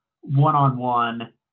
one-on-one